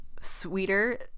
sweeter